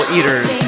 Eaters